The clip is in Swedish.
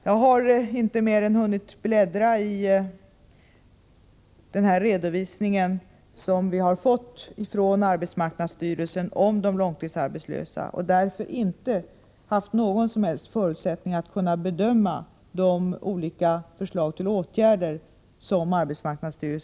Jag har inte mer än hunnit bläddra i denna redovisning om de långtidsarbetslösa från arbetsmarknadsstyrelsen, och jag har därför inte haft någon som helst förutsättning att kunna bedöma de olika förslag till åtgärder som AMS här kommer med.